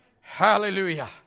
Hallelujah